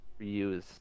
reuse